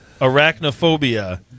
Arachnophobia